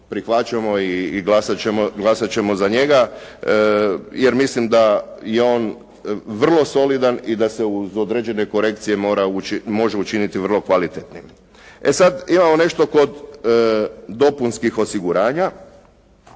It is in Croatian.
prihvaćamo i glasat ćemo za njega jer mislim da je on vrlo solidan i da se uz određene korekcije može učiniti vrlo kvalitetnim. E sada, imamo nešto kod dopunskih osiguranja.